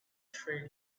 trade